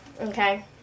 Okay